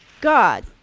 God